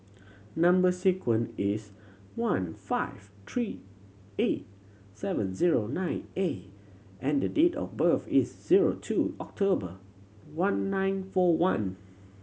number sequence is one five three eight seven zero nine A and the date of birth is zero two October one nine four one